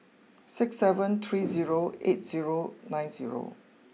six seven three zero eight zero nine zero